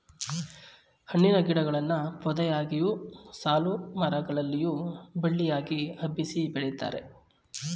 ಹಣ್ಣಿನ ಗಿಡಗಳನ್ನು ಪೊದೆಯಾಗಿಯು, ಸಾಲುಮರ ಗಳಲ್ಲಿಯೂ ಬಳ್ಳಿಯಾಗಿ ಹಬ್ಬಿಸಿ ಬೆಳಿತಾರೆ